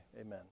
amen